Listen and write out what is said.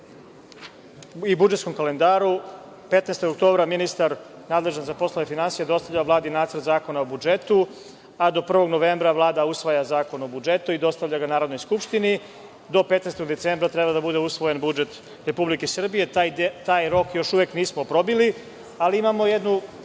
i budžetskom kalendaru 15. oktobra ministar nadležan za poslove finansija dostavlja Vladi nacrt zakona o budžetu, a do 1. novembra Vlada usvaja zakon o budžetu i dostavlja ga Narodnoj skupštini. Do 15. decembra treba da bude usvojen budžet Republike Srbije, taj rok još uvek nismo probili, ali imamo jednu